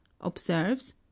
observes